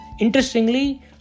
Interestingly